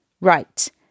Right